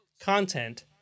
content